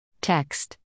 text